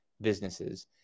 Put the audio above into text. businesses